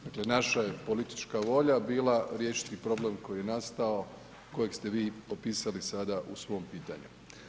Dakle, naša je politička volja bila riješiti problem koji je nastao, kojeg ste vi opisali sada u svom pitanju.